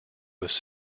was